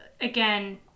again